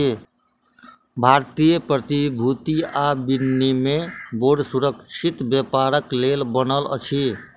भारतीय प्रतिभूति आ विनिमय बोर्ड सुरक्षित व्यापारक लेल बनल अछि